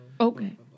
Okay